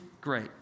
Great